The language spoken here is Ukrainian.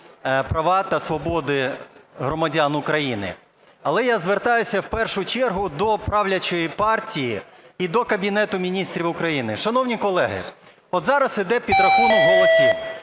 права та свободи громадян України. Але я звертаюся в першу чергу до правлячої партії і до Кабінету Міністрів України. Шановні колеги, от зараз іде підрахунок голосів.